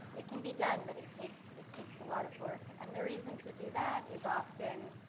it can be done, but it takes it takes a lot of work. and, the reason to do that is often